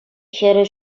хӗрӗ